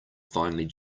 finely